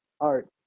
art